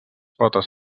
potes